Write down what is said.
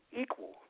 equal